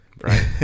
Right